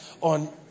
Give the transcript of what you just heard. on